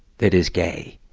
that is gay.